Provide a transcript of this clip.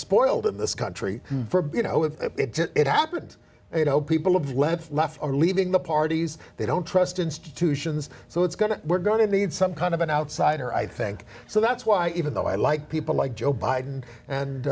spoiled in this country you know if it happened you know people of left left are leaving the parties they don't trust institutions so it's going to we're going to need some kind of an outsider i think so that's why even though i like people like joe biden and